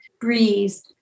breeze